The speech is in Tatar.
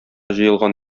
җыелган